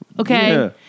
Okay